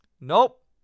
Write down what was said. Nope